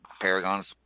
Paragon's